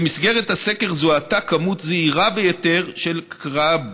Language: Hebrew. במסגרת הסקר זוהתה כמות זעירה ביותר של קרב,